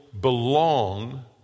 belong